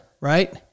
right